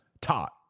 taught